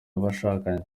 abashakanye